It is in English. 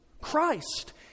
Christ